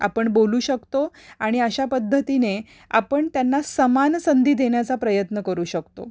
आपण बोलू शकतो आणि अशा पद्धतीने आपण त्यांना समान संधी देण्याचा प्रयत्न करू शकतो